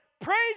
praise